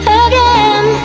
again